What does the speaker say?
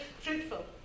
fruitful